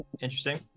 interesting